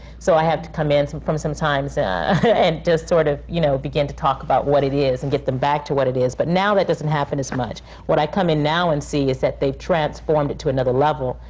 so i have to come in for them sometimes and just sort of, you know, begin to talk about what it is and get them back to what it is. but now, that doesn't happen as much. what i come in now and see is that they've transformed it to another level,